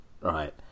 right